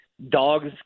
Dogs